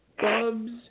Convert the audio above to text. Bubs